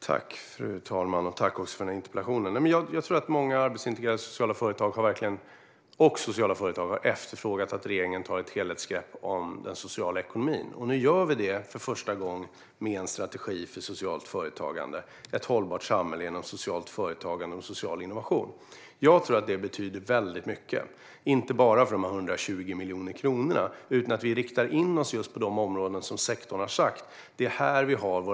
Fru talman! Tack för interpellationen! Jag tror att många arbetsintegrerande sociala företag och sociala företag har efterfrågat att regeringen tar ett helhetsgrepp när det gäller den sociala ekonomin. Nu gör vi detta för första gången, med en strategi för socialt företagande och ett hållbart samhälle genom socialt företagande och social innovation. Jag tror att detta betyder väldigt mycket, inte bara på grund av dessa 120 miljoner kronor utan även för att vi riktar in oss på de områden som sektorn har sagt att man har problem på.